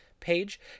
page